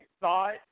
thought